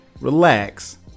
relax